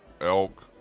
elk